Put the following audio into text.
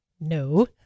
No